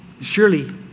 Surely